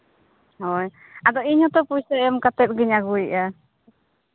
ᱦᱳᱭ ᱟᱫᱚ ᱤᱧ ᱦᱚᱸᱛᱚ ᱯᱩᱭᱥᱟᱹ ᱮᱢ ᱠᱟᱛᱮ ᱜᱮᱧ ᱟᱹᱜᱩᱭᱮᱫᱼᱟ